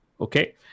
Okay